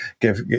give